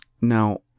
Now